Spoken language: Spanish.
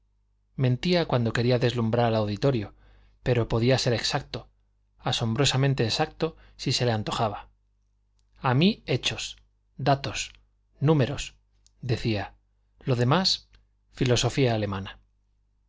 mentía cuando quería deslumbrar al auditorio pero podía ser exacto asombrosamente exacto si se le antojaba a mí hechos datos números decía lo demás filosofía alemana